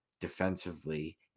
defensively